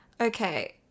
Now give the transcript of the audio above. okay